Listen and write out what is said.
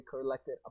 collected